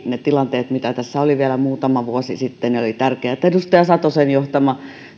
ne tilanteet mitä tässä oli vielä muutama vuosi sitten eli tärkeää että edustaja satosen johtama